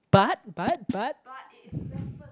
but but but